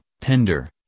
tender